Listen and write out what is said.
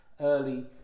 early